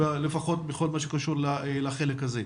לפחות בכל מה שקשור לחלק הזה.